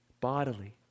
bodily